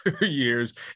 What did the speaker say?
years